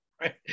right